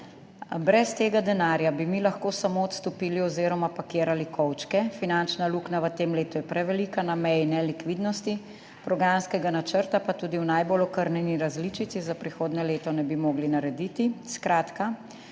»Brez tega denarja bi mi lahko samo odstopili oziroma pakirali kovčke, finančna luknja v tem letu je prevelika, na meji nelikvidnosti, programskega načrta pa tudi v najbolj okrnjeni različici za prihodnje leto ne bi mogli narediti.